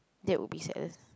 that would be saddest